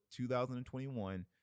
2021